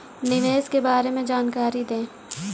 निवेश के बारे में जानकारी दें?